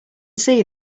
see